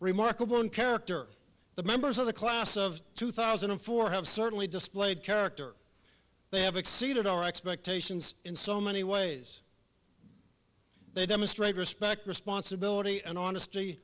remarkable and character the members of the class of two thousand and four have certainly displayed character they have exceeded our expectations in so many ways they demonstrate respect responsibility and honesty